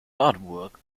artwork